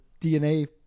DNA